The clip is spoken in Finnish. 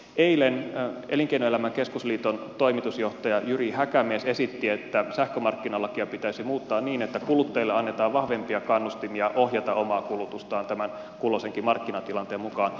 eilen elinkeinoelämän keskusliiton toimitusjohtaja jyri häkämies esitti että sähkömarkkinalakia pitäisi muuttaa niin että kuluttajille annetaan vahvempia kannustimia ohjata omaa kulutustaan tämän kulloisenkin markkinatilanteen mukaan